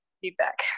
feedback